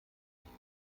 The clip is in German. nicht